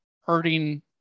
hurting